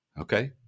Okay